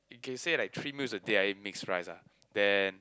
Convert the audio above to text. okay say like three meals a day I eat mix rice ah then